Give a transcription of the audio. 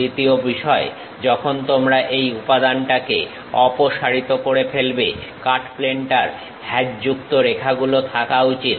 দ্বিতীয় বিষয় যখন তোমরা এই উপাদানটাকে অপসারিত করে ফেলবে কাট প্লেনটার হ্যাচযুক্ত রেখাগুলো থাকা উচিত